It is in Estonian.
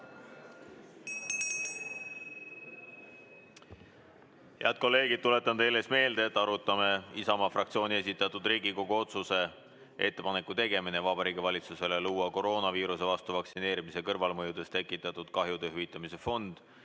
Head kolleegid, tuletan teile meelde, et arutame Isamaa fraktsiooni esitatud Riigikogu otsuse "Ettepaneku tegemine Vabariigi Valitsusele luua koroonaviiruse vastu vaktsineerimise kõrvalmõjudest tekitatud kahjude hüvitamise fond"